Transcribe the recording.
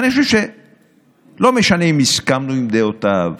ואני חושב שלא משנה אם הסכמנו לדעותיו,